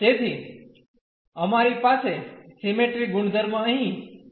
તેથી અમારી પાસે સિમેટ્રી ગુણધર્મ અહીં છે